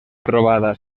trobada